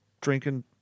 drinking